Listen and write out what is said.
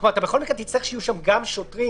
בכל מקרה אתה תצטרך שיהיו שם גם שוטרים